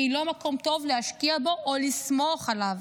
והיא לא מקום טוב להשקיע בו או לסמוך עליו.